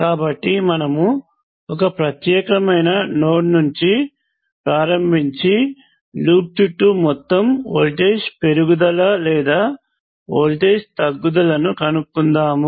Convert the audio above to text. కాబట్టి మనము ఒక ప్రత్యేకమైన నోడ్ నుండి ప్రారంభించి లూప్ చుట్టూ మొత్తం వోల్టేజ్ పెరుగుదల లేదా వోల్టేజ్ తగ్గుదలను కనుక్కుందాము